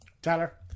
Tyler